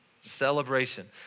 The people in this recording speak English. Celebration